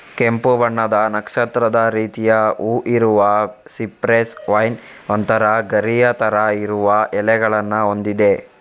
ಕೆಂಪು ಬಣ್ಣದ ನಕ್ಷತ್ರದ ರೀತಿಯ ಹೂವು ಇರುವ ಸಿಪ್ರೆಸ್ ವೈನ್ ಒಂತರ ಗರಿಯ ತರ ಇರುವ ಎಲೆಗಳನ್ನ ಹೊಂದಿದೆ